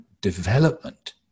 development